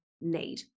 need